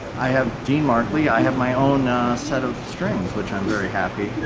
i have dean markley. i have my own set of strings, which i'm very happy